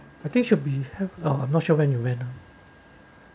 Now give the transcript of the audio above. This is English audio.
I think should be have um I'm not sure when you went